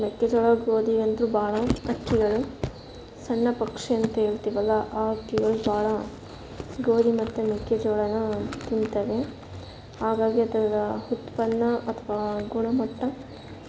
ಮೆಕ್ಕೆಜೋಳ ಗೋಧಿಗಂತೂ ಭಾಳ ಹಕ್ಕಿಗಳು ಸಣ್ಣ ಪಕ್ಷಿ ಅಂತ ಹೇಳ್ತೀವಲ್ಲ ಆ ಹಕ್ಕಿಗಳ್ ಭಾಳ ಗೋಧಿ ಮತ್ತು ಮೆಕ್ಕೆಜೋಳನ ತಿಂತವೆ ಹಾಗಾಗಿ ಅದರ ಉತ್ಪನ್ನ ಅಥವಾ ಗುಣಮಟ್ಟ